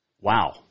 wow